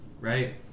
right